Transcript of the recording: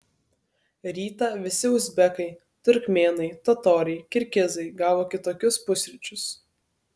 rytą visi uzbekai turkmėnai totoriai kirgizai gavo kitokius pusryčius